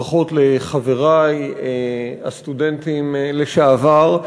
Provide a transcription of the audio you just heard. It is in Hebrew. ברכות לחברי, הסטודנטים לשעבר,